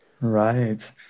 Right